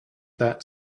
that